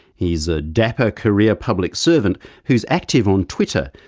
he's a dapper career public servant who's active on twitter,